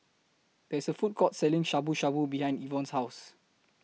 There IS A Food Court Selling Shabu Shabu behind Evonne's House